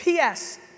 PS